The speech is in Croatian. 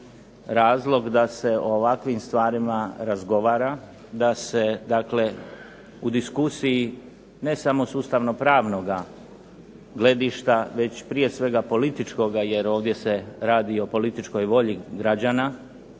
razlog da se o ovakvim stvarima razgovara, da se dakle u diskusiji ne samo s ustavnopravnoga gledišta, već prije svega političkoga, jer ovdje se radi o političkoj volji građana,